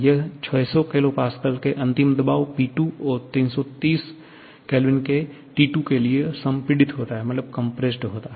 यह 600 kPa के अंतिम दबाव P2 और 330 K के T2 के लिए संपीड़ित होता है